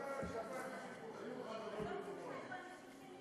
דבר על הפיתוח האזורי.